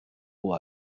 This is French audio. pour